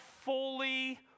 fully